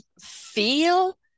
feel